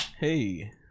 hey